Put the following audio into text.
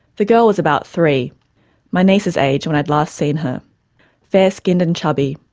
the girl was about three my niece's age when i'd last seen her fair-skinned and chubby,